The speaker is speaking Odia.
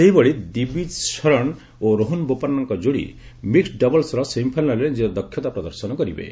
ସେହିଭଳି ଦିବୀଜ ସରଣ ଓ ରୋହନ ବୋପାନ୍ଧାଙ୍କ ଯୋଡ଼ି ମିକୁଡ୍ ଡବଲ୍ସର ସେମିଫାଇନାଲ୍ରେ ନିଜର ଦକ୍ଷତା ପ୍ରଦର୍ଶନ କରିବେ